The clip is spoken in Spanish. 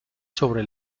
sobre